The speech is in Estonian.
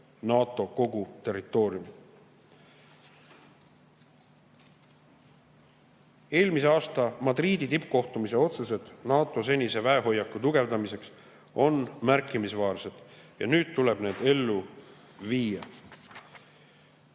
NATO kogu territooriumi. Eelmise aasta Madridi tippkohtumise otsused NATO senise väehoiaku tugevdamiseks on märkimisväärsed ja nüüd tuleb need ellu viia.